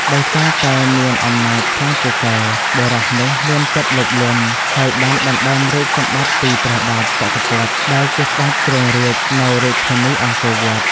ដោយសារតែមានអំណាចខ្លាំងពូកែ បុរសនោះមានចិត្តលោភលន់ ហើយបានដណ្តើមរាជ្យសម្បត្តិពីព្រះបាទចក្រពត្តិ ដែលជាស្តេចគ្រងរាជ្យនៅរាជធានីអង្គរវត្ត ។